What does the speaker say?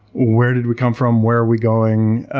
where did we come from? where are we going?